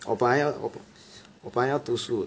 我本来要我本来要读书